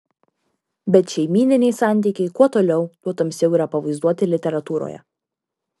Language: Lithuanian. bet šeimyniniai santykiai kuo toliau tuo tamsiau yra pavaizduoti literatūroje